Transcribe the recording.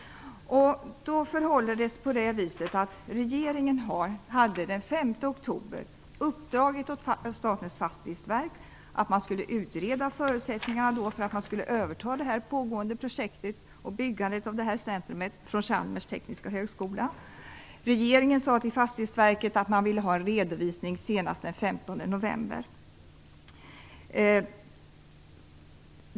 Det förhåller sig på det viset att regeringen den 5 oktober uppdrog åt Statens fastighetsverk att utreda förutsättningarna för att överta det pågående projektet och byggandet av detta center från Chalmers tekniska högskola. Regeringen sade till Fastighetsverket att man ville ha en redovisning senast den 15 november.